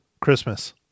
christmas